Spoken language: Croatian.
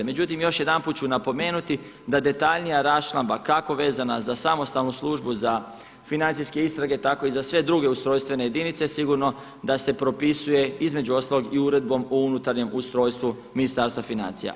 Međutim, još jedanput ću napomenuti da detaljnija raščlamba kako vezano za samostalnu službu, za financijske istrage tako i za sve druge ustrojstvene jedinice sigurno da se propisuje između ostalog i uredbom o unutarnjem ustrojstvu Ministarstva financija.